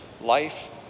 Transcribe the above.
life